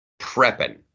prepping